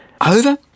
Over